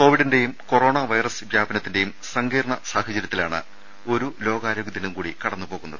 കോവിഡിന്റെയും corona virus വ്യാപനത്തിന്റേയും സങ്കീർണ സാഹചര്യത്തിലാണ് ഒരു ലോകാര്യോഗ്യ ദിനം കൂടി കടന്നു പോകുന്നത്